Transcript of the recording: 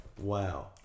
Wow